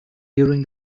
during